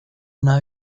una